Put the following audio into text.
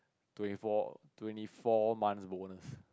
twenty four twenty four months bonus